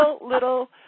little